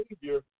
behavior